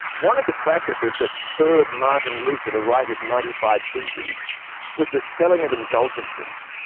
one of the practices that spurred martin luther to write his ninety five theses was the selling of indulgences.